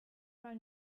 mal